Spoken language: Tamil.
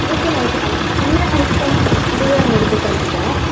ஓகேம்மா ஓகேம்மா அதுவே அவங்க எடுத்து படிக்கட்டும்